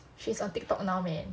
she's on tiktok now man